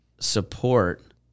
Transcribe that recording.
support